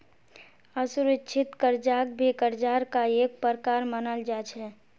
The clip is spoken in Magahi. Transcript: असुरिक्षित कर्जाक भी कर्जार का एक प्रकार मनाल जा छे